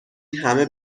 همه